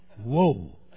Whoa